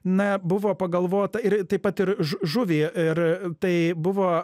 na buvo pagalvota ir taip pat ir žu žuvį ir tai buvo